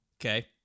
Okay